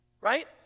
Right